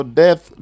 death